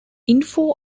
info